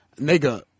nigga